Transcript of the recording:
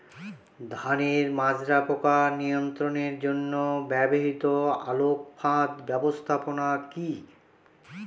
ধানের মাজরা পোকা নিয়ন্ত্রণের জন্য ব্যবহৃত আলোক ফাঁদ ব্যবস্থাপনা কি?